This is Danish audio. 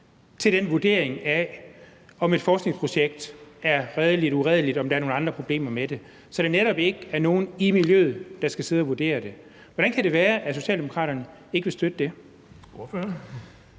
til den vurdering af, om et forskningsprojekt er redeligt eller uredeligt, eller om der er nogle andre problemer med det, så det netop ikke er nogle i miljøet, der skal sidde og vurdere det. Hvordan kan det være, at Socialdemokraterne ikke vil støtte det?